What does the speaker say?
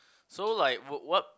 so like what